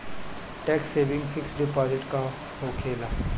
Tax saving fix deposit का होखे ला?